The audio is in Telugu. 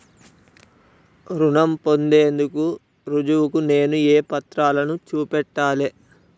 రుణం పొందేందుకు రుజువుగా నేను ఏ పత్రాలను చూపెట్టాలె?